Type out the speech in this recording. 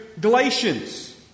Galatians